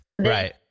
Right